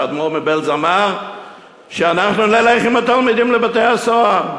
שהאדמו"ר מבעלז אמר שאנחנו נלך עם התלמידים לבתי-הסוהר.